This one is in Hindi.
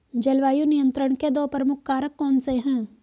जलवायु नियंत्रण के दो प्रमुख कारक कौन से हैं?